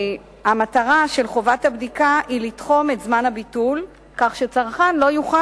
המטרה של חובת הבדיקה היא לתחום את זמן הביטול כך שצרכן לא יוכל